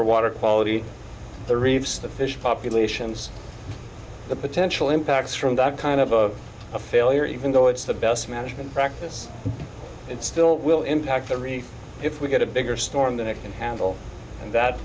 shore water quality the reefs the fish populations the potential impacts from that kind of a failure even though it's the best management practice it still will impact the if we get a bigger storm than it can handle